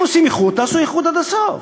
אם עושים איחוד, תעשו איחוד עד הסוף.